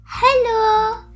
Hello